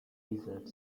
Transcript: desert